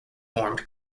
formed